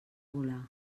volar